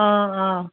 অ অ